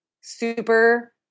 super